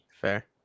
fair